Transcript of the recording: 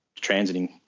transiting